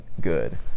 good